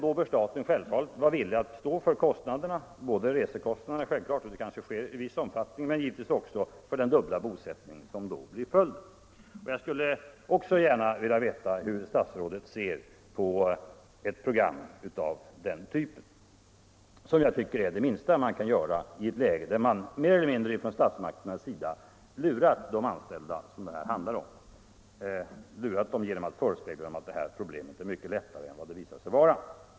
Då bör staten självfallet vara villig att stå för kostnaderna, både resekostnaderna — vilket kanske sker i vissa fall — och den dubbla bosättning som då blir följden. Jag skulle gärna vilja veta hur statsrådet ser på ett program av den typen. Själv tycker jag det är det minsta man kan göra i ett läge där statsmakterna mer eller mindre lurat de anställda genom förespeglingar om att de här problemen är mycket lättare att klara än vad de visat sig vara.